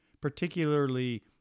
particularly